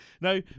No